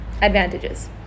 advantages